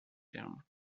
term